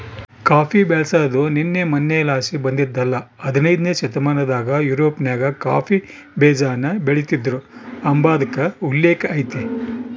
coffee ಬೆಳ್ಸಾದು ನಿನ್ನೆ ಮನ್ನೆಲಾಸಿ ಬಂದಿದ್ದಲ್ಲ ಹದನೈದ್ನೆ ಶತಮಾನದಾಗ ಯುರೋಪ್ನಾಗ ಕಾಫಿ ಬೀಜಾನ ಬೆಳಿತೀದ್ರು ಅಂಬಾದ್ಕ ಉಲ್ಲೇಕ ಐತೆ